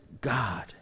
God